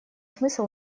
смысл